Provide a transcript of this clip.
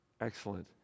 Excellent